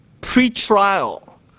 pre-trial